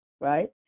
right